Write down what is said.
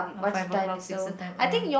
five o clock six a type uh